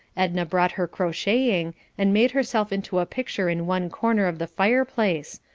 edna brought her crotcheting and made herself into a picture in one corner of the fireplace,